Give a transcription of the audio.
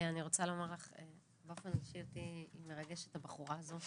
אני רוצה לומר לך שבאופן אישי אותי מרגשת הבחורה הזאת,